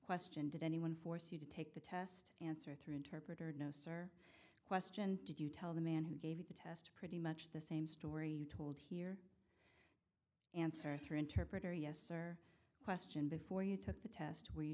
question did anyone force you to take the test answer through interpreter no sir question did you tell the man who gave you the test pretty much the same story you told here answer through interpreter yes or question before you took the test we